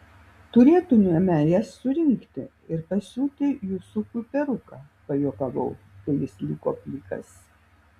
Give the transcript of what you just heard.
turėtumėme jas surinkti ir pasiūti jusufui peruką pajuokavau kai jis liko plikas